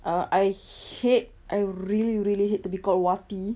uh I hate I really really hate to be called wati